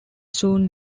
soon